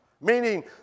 Meaning